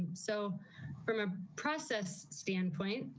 and so from a process standpoint,